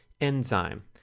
enzyme